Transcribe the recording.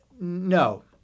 No